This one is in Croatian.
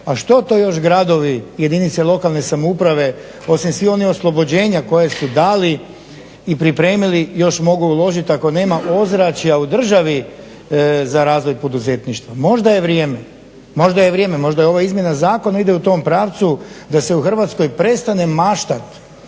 a što to još gradovi i jedinice lokalne samouprave osim svih onih oslobođenja koje su dali i pripremili još mogu uložiti ako nema ozračja u državi za razvoj poduzetništva? Možda je vrijeme, možda ova izmjena zakona ide u tom pravcu, da se u Hrvatskoj prestane maštati